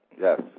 Yes